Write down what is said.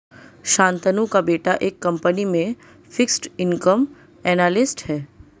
शांतनु का बेटा एक कंपनी में फिक्स्ड इनकम एनालिस्ट है